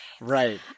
right